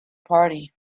party